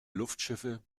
luftschiffe